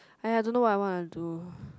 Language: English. !aiya! don't know what I what to do